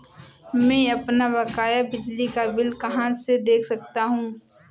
मैं अपना बकाया बिजली का बिल कहाँ से देख सकता हूँ?